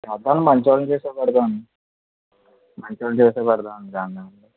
అబ్బాయిలు మంచివాళ్ళని చూసే పెడదాము అండి మంచివాళ్ళని చూసే పెడదాము అండి దానిది ఏముంది